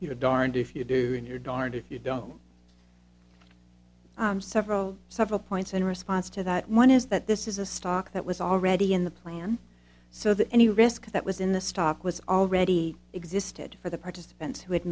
know darned if you do and you're darned if you don't know several several points in response to that one is that this is a stock that was already in the plan so that any risk that was in the stock was already existed for the participants who had